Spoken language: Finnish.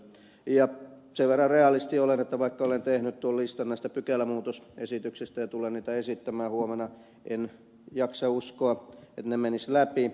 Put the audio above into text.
sen verran realisti olen että vaikka olen tehnyt tuon listan näistä pykälämuutosesityksistä ja tulen niitä esittämään huomenna en jaksa uskoa että ne menisivät läpi